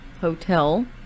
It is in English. hotel